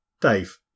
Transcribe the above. Dave